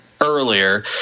Earlier